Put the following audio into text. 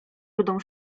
rudą